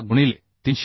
6 गुणिले 339